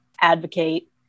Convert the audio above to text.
advocate